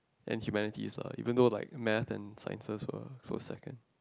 and humanities lah even though like maths and Science were were second